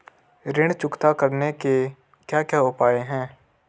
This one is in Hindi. ऋण चुकता करने के क्या क्या उपाय हैं?